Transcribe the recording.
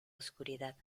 oscuridad